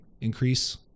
increase